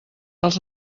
els